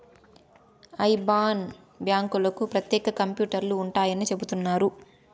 IBAN బ్యాంకులకు ప్రత్యేక కంప్యూటర్లు ఉంటాయని చెబుతున్నారు